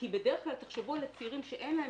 כי בדרך כלל תחשבו על הצעירים שאין להם